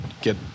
get